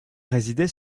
résidait